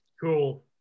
cool